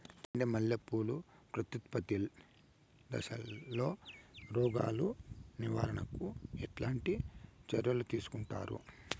చెండు మల్లె పూలు ప్రత్యుత్పత్తి దశలో రోగాలు నివారణకు ఎట్లాంటి చర్యలు తీసుకుంటారు?